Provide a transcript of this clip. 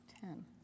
Ten